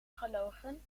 gelogen